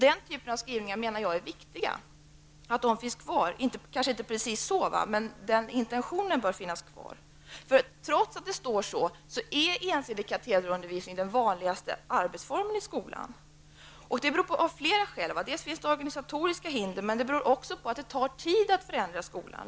Det är viktigt att skrivningar med den typen av intentioner finns kvar. För trots att det står så är ju ensidig katederundervisning fortfarande den vanligaste arbetsformen i skolan. Delvis beror detta på organisatoriska förhinder, men det beror också på att det tar tid att förändra skolan.